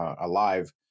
alive